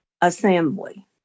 assembly